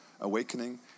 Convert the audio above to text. awakening